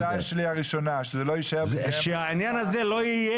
זו ההצעה הראשונה שלי, שזה לא יישאר בידיהם.